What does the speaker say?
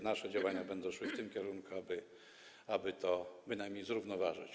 Nasze działania będą szły w tym kierunku, aby to przynajmniej zrównoważyć.